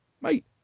Mate